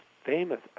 famous